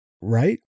Right